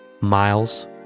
Miles